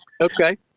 okay